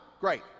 Great